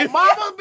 mama